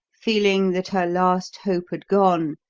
feeling that her last hope had gone,